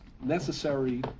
necessary